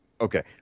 Okay